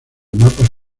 mapas